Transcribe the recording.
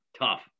tough